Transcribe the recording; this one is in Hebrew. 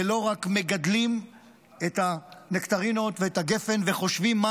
ולא רק מגדלים את הנקטרינות ואת הגפן וחושבים מה